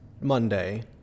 Monday